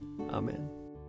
Amen